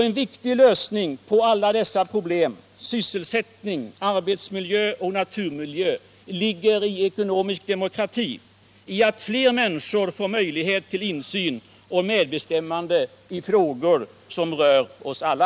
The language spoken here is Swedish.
En viktig lösning på alla dessa problem — sysselsättning, arbetsmiljö, naturmiljö — ligger i ekonomisk demokrati, i att fler människor får möjlighet till insyn och medbestämmande i frågor som rör alla.